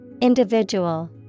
Individual